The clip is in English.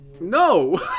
No